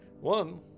One